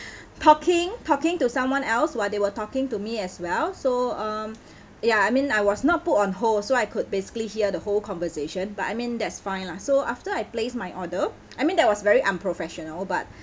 talking talking to someone else while they were talking to me as well so um ya I mean I was not put on hold so I could basically hear the whole conversation but I mean that's fine lah so after I placed my order I mean that was very unprofessional but